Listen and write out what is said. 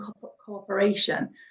cooperation